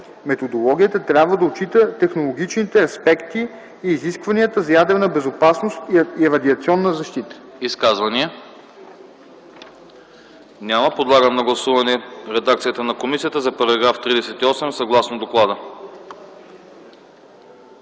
Методологията трябва да отчита технологичните аспекти и изискванията за ядрена безопасност и радиационна защита.”